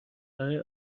برای